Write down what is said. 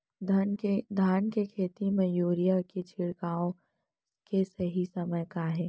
धान के खेती मा यूरिया के छिड़काओ के सही समय का हे?